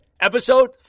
episode